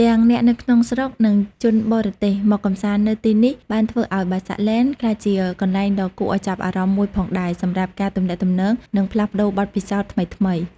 ទាំងអ្នកនៅក្នុងស្រុក និងជនបរទេសមកកម្សាន្តនៅទីនេះ បានធ្វើឱ្យ បាសាក់ ឡេន ក្លាយជាកន្លែងដ៏គួរឱ្យចាប់អារម្មណ៍មួយផងដែរសម្រាប់ការទំនាក់ទំនង និងផ្លាស់ប្តូរបទពិសោធន៍ថ្មីៗ។